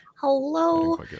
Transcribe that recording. Hello